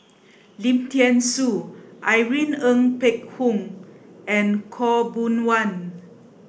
Lim Thean Soo Irene Ng Phek Hoong and Khaw Boon Wan